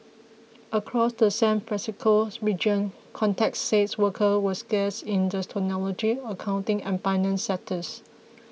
across the San Francisco region contacts said workers were scarce in the technology accounting and finance sectors